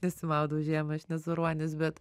nesimaudau žiemą aš nesu ruonis bet